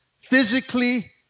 physically